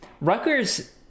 Rutgers